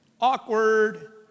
Awkward